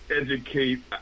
educate